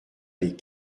les